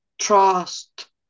trust